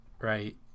right